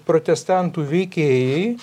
protestantų veikėjai